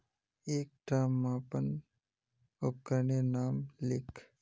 एकटा मापन उपकरनेर नाम लिख?